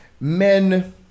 men